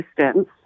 distance